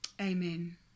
Amen